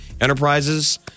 Enterprises